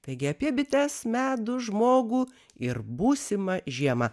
taigi apie bites medų žmogų ir būsimą žiemą